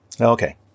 Okay